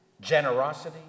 generosity